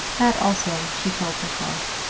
that, also, she told herself.